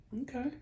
Okay